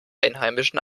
einheimischen